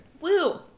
Woo